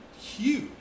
huge